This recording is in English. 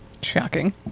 Shocking